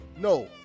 no